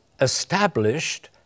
established